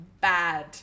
bad